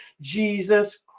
Jesus